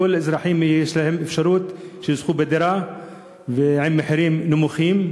שלכל האזרחים תהיה אפשרות לזכות בדירה במחירים נמוכים,